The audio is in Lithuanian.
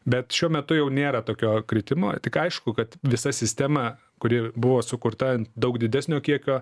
bet šiuo metu jau nėra tokio kritimo tik aišku kad visa sistema kuri buvo sukurta ant daug didesnio kiekio